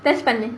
test பண்ணு:pannu